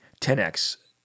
10x